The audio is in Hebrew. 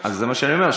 מה שאני אומר.